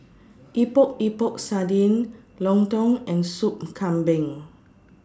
Epok Epok Sardin Lontong and Soup Kambing